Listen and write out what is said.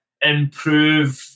improve